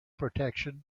protection